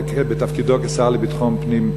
בתפקידו כשר לביטחון פנים,